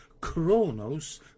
chronos